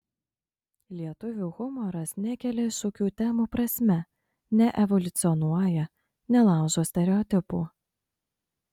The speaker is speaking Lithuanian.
lietuvių humoras nekelia iššūkių temų prasme neevoliucionuoja nelaužo stereotipų